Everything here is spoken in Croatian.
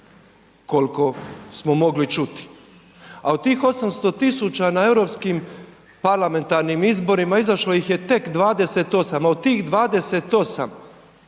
koliko smo mogli čuti.